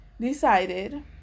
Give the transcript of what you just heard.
decided